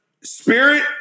spirit